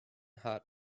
hot